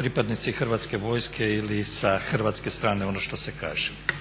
pripadnici Hrvatske vojske ili sa hrvatske strane ono što se kaže.